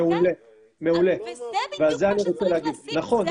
על זה בדיוק צריך לשים את הדגש.